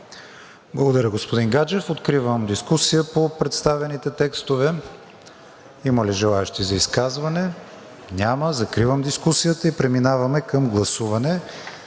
Благодаря, господин Гаджев. Откривам дискусия по представените текстове. Има ли желаещи за изказвания? Няма. Закривам дискусията и преминаваме към гласуване.